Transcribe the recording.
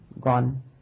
gone